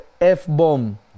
F-bomb